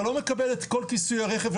אתה לא מקבל את כל כיסויי הרכב,